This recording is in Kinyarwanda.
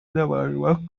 n’abantu